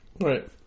Right